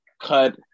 cut